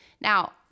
Now